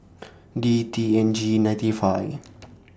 D T N G ninety five